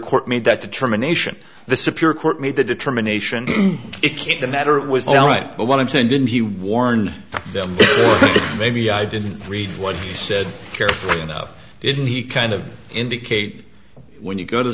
court made that determination the superior court made the determination it can't the matter was all right but what i'm saying didn't he warn them that maybe i didn't read what he said carefully enough didn't he kind of indicate when you go to the